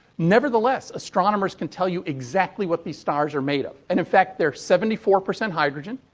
never the less, astronomers can tell you exactly what these stars are made of. and, in fact, they're seventy four percent hydrogen,